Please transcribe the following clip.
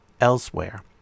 elsewhere